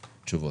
תשובות.